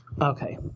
Okay